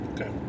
Okay